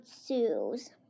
Sues